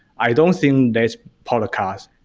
i don't think that's podcast.